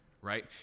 right